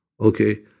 okay